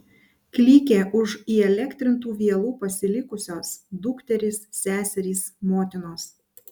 klykė už įelektrintų vielų pasilikusios dukterys seserys motinos